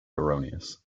erroneous